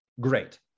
great